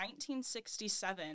1967